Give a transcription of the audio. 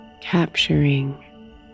capturing